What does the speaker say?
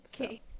Okay